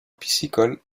piscicole